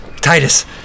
Titus